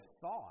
thought